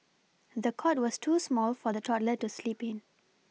the cot was too small for the toddler to sleep in